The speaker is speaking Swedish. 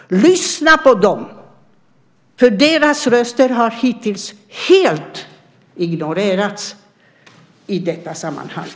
Lyssna på dem. Deras röster har hittills helt ignorerats i detta sammanhang.